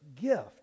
gift